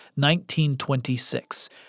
1926